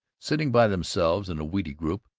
sitting by themselves in a weedy group,